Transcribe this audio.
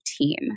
team